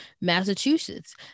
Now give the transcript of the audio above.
Massachusetts